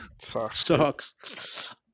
Sucks